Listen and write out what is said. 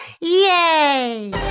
yay